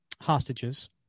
hostages